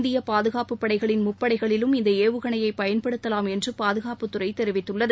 இந்திய பாதுகாப்புப் படைகளின் முப்படைகளிலும் இந்த ஏவுகணையை பயன்படுத்தலாம் என்று பாதுகாப்புத்துறை தெரிவித்துள்ளது